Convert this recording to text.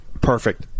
Perfect